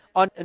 on